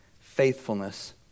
Faithfulness